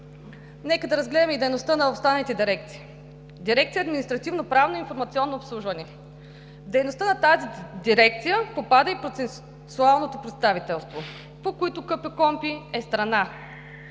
Нека да разгледаме и дейността на останалите дирекции. Дирекция „Административно-правно и информационно обслужване“. В дейността на тази дирекция попада и процесуалното представителство, по което КПКОНПИ е страна.